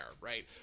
right